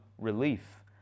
relief